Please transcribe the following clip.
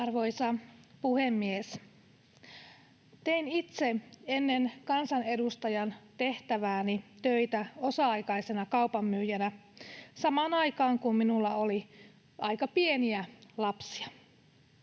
Arvoisa puhemies! Tein itse ennen kansanedustajan tehtävääni töitä osa-aikaisena kaupanmyyjänä samaan aikaan, kun minulla oli aika pieniä lapsia.